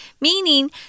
meaning